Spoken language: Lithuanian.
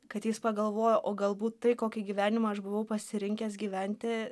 kad jis pagalvojo o galbūt tai kokį gyvenimą aš buvau pasirinkęs gyventi